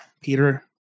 Peter